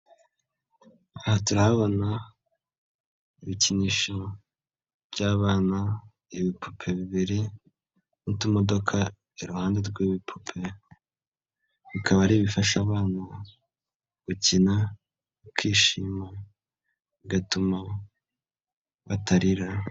Aha turabona, ibikinisho by'abana, ibipupe bibiri n'utumodoka iruhande rw'ibipupe, bikaba ari ibifasha abana, gukina, kwishima, bigatuma, batarira.